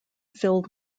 filled